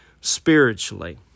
spiritually